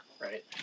right